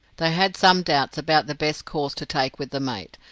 they had some doubts about the best course to take with the mate,